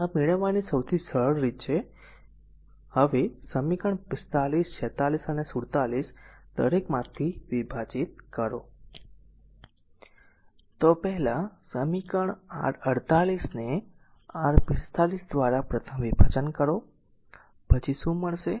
આ મેળવવાની આ સૌથી સરળ રીત છે આ એક મળી હવે સમીકરણ 45 ને 46 અને 47 દરેકમાંથી વિભાજીત કરો તો પહેલા સમીકરણ આર 48 ને આર 45 દ્વારા પ્રથમ વિભાજન કરો પછી શું મળશે